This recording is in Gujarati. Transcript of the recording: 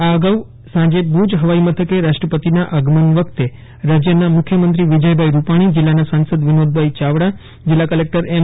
આ અગાઉ સાંજે ભુજ હવાઈ મથકે રાષ્ટ્રપતિના આગમન વખતે રાજ્યના મુખ્યમંત્રી વિજય ભાઈ રૂપાણી જીલ્લાના સાંસદ વિનોદ ભાઈ ચાવડા જીલ્લા કલેકટર એમ